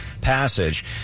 passage